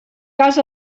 cas